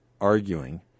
arguing